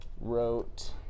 Wrote